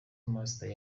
master